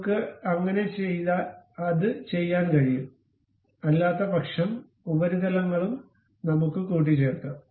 നമുക്ക് അങ്ങനെ അത്ചെയ്യാൻ കഴിയും അല്ലാത്തപക്ഷം ഉപരിതലങ്ങളും നമുക്ക് കൂട്ടിച്ചേർക്കാം